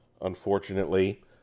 unfortunately